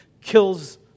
kills